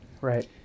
right